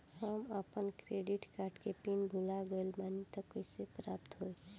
हम आपन credit card के पिन भुला गइल बानी त कइसे प्राप्त होई?